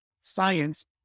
science